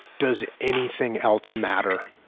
does anything else matter?